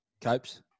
Copes